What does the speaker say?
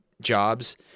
jobs